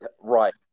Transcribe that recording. right